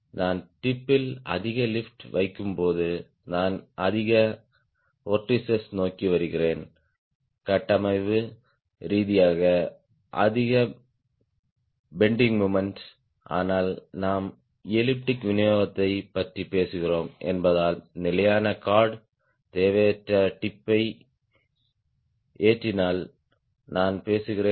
நான் டிப் யில் அதிக லிப்ட் வைக்கும்போது நான் அதிக வோர்டிஸ்ஸ் நோக்கி வருகிறேன் கட்டமைப்பு ரீதியாக அதிக பெண்டிங் மொமெண்ட் ஆனால் நாம் எலிப்டிக் விநியோகத்தைப் பற்றி பேசுகிறோம் என்பதால் நிலையான கார்ட் தேவையற்ற டிப் யை ஏற்றினால் நான் பேசுகிறேன்